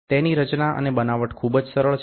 તેની રચના અને બનાવટ ખૂબ જ સરળ છે